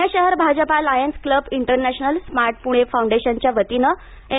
पुणे शहर Bhajpa Lions Club International Smart Pune फाऊंडेशनच्या वतीनं एम